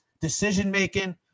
decision-making